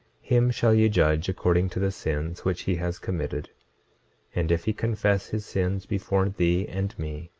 him shall ye judge according to the sins which he has committed and if he confess his sins before thee and me,